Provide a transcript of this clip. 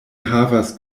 havas